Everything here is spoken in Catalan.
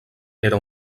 era